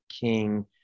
king